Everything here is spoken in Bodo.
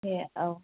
दे औ